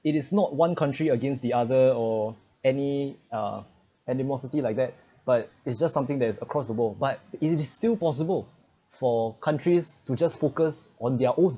it is not one country against the other or any uh animosity like that but it's just something that is across the bull but it is still possible for countries to just focus on their own